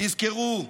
תזכרו: